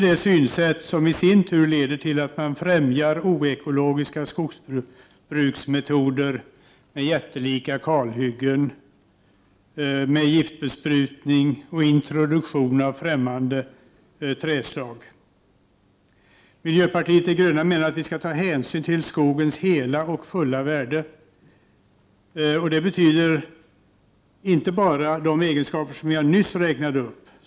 Det synsättet leder i sin tur till att man främjar oekologiska skogsbruksmetoder med jättelika kalhyggen och med giftbesprutning samt introduktion av ffrämmande trädslag. Miljöpartiet de gröna menar att vi skall ta hänsyn till skogens hela och fulla värde, och det betyder inte bara de egenskaper som jag nyss räknade upp.